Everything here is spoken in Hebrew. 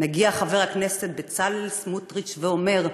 מגיע חבר הכנסת בצלאל סמוטריץ ואומר: